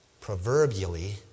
proverbially